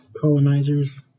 colonizers